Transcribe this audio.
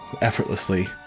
Effortlessly